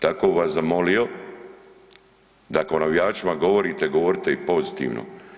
Tako bi vas zamolio da ako o navijačima govorite, govorite i pozitivno.